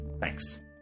Thanks